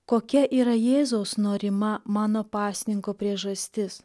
kokia yra jėzaus norima mano pasninko priežastis